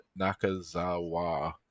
Nakazawa